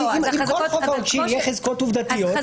אם כל חוק העונשין יהיה חזקות עובדתיות,